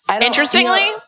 interestingly